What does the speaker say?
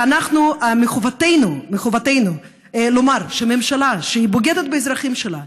ואנחנו, מחובתנו לומר שממשלה שבוגדת באזרחים שלה,